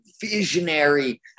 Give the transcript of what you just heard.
visionary